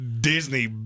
Disney